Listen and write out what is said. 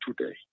today